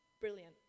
brilliant